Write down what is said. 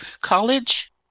college